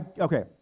okay